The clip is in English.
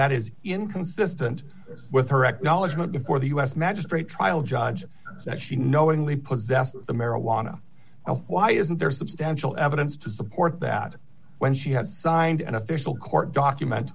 that is inconsistent with her acknowledgement before the u s magistrate trial judge that she knowingly possessed the marijuana why isn't there substantial evidence to support that when she has signed an official court document